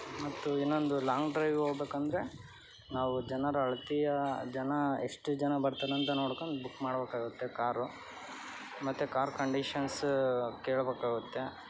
ಮತ್ತು ಇನ್ನೊಂದು long drive ಹೋಗ್ಬೇಕಂದರೆ ನಾವು ಜನರ ಅಳತೆಯ ಜನ ಎಷ್ಟು ಜನ ಬರ್ತಾರಂತ ನೋಡ್ಕೊಂಡು ಬುಕ್ ಮಾಡಬೇಕಾಗುತ್ತೆ ಕಾರು ಮತ್ತೆ ಕಾರ್ ಕಂಡೀಷನ್ಸ್ ಕೇಳ್ಬೆಕಾಗುತ್ತೆ